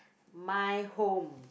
my home